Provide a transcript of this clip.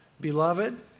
Beloved